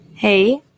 Hey